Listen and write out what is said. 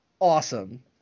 awesome